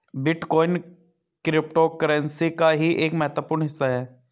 bitcoin cryptocurrency का ही एक महत्वपूर्ण हिस्सा है